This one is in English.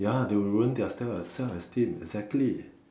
ya they would ruin their self self esteem exactly